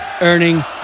earning